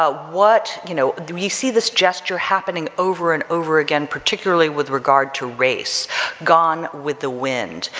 ah what, you know, then you see this gesture happening over and over again particularly with regard to race gone with the wind,